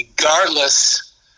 regardless